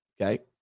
Okay